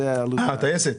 על הטייסת.